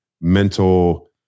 mental